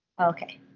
Okay